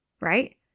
right